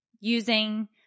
using